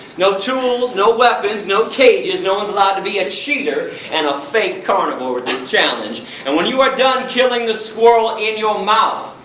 no tools, no weapons, no cages, no ones allowed to be a cheater and a fake carnivore in this challenge, and when you are done killing this squirrel in your mouth,